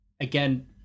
again